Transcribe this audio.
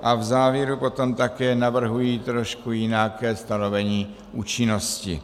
A v závěru potom také navrhuji trošku jinak stanovení účinnosti.